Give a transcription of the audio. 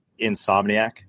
Insomniac